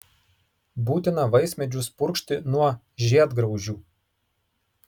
būtina vaismedžius purkšti nuo žiedgraužių